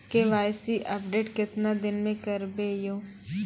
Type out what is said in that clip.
KYC update केतना दिन मे करेबे यो?